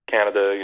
Canada